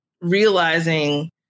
realizing